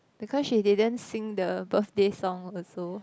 because she didn't sing the birthday song also